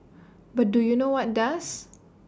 but do you know what does